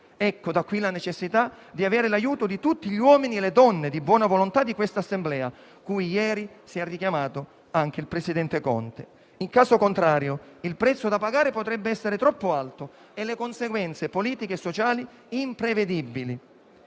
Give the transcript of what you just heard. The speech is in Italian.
qui deriva la necessità di avere l'aiuto di tutti gli uomini e le donne di buona volontà di questa Assemblea, cui ieri si è richiamato anche il presidente Conte. In caso contrario, il prezzo da pagare potrebbe essere troppo alto e le conseguenze politiche e sociali imprevedibili.